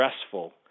stressful